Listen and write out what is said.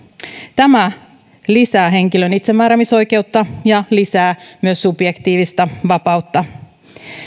tämä lisää henkilön itsemääräämisoikeutta ja lisää myös subjektiivista vapautta